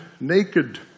naked